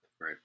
Right